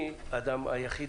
אני אדם יחיד,